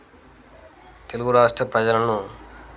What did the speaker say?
తెలుగు రాష్ట్ర ప్రజలను